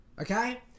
Okay